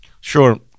Sure